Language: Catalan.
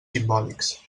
simbòlics